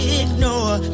ignore